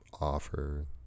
offer